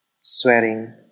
sweating